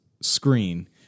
screen